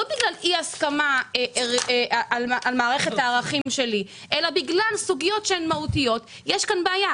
בגלל סוגיות מהותיות אז יש כאן בעיה.